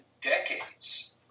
decades